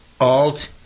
Alt